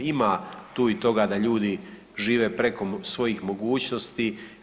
Ima tu i toga da ljudi žive preko svojih mogućnosti.